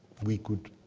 we could.